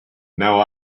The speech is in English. now